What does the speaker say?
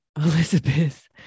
Elizabeth